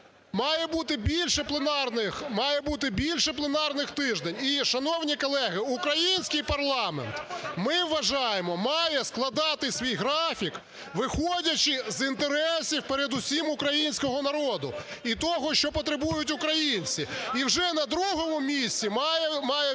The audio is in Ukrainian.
Має бути більше пленарних тижнів. І, шановні колеги, український парламент, ми вважаємо, має складати свій графік, виходячи з інтересів, передусім, українського народу і того, що потребують українці. І вже на другому місці має бути